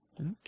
Okay